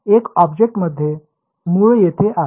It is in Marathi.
तर ऑब्जेक्ट मध्ये मूळ येथे आहे